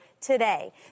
today